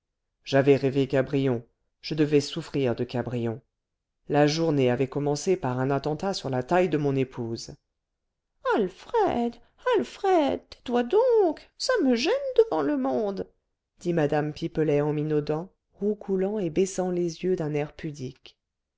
j'avais rêvé cabrion je devais souffrir de cabrion la journée avait commencé par un attentat sur la taille de mon épouse alfred alfred tais-toi donc ça me gêne devant le monde dit mme pipelet en minaudant roucoulant et baissant les yeux d'un air pudique